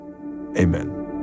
Amen